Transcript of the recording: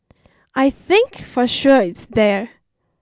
I think for sure it's there